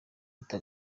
uta